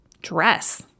dress